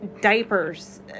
diapers